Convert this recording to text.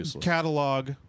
catalog